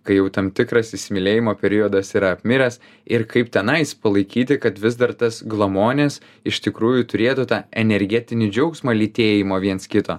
kai jau tam tikras įsimylėjimo periodas yra apmiręs ir kaip tenais palaikyti kad vis dar tas glamonės iš tikrųjų turėtų tą energetinį džiaugsmą lytėjimo viens kito